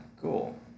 cool